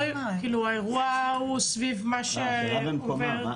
האירוע הוא סביב מה שעובר -- השאלה במקומה,